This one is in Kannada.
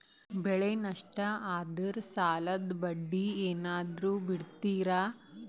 ಬೆಳೆ ನಷ್ಟ ಆದ್ರ ಸಾಲದ ಬಡ್ಡಿ ಏನಾದ್ರು ಬಿಡ್ತಿರಾ?